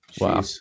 Wow